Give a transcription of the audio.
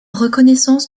reconnaissance